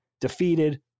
defeated